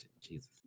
Jesus